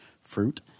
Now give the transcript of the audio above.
fruit